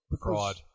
Fraud